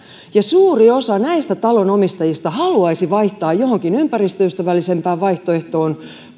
ja suuri osa näistä talonomistajista haluaisi vaihtaa johonkin ympäristöystävällisempään vaihtoehtoon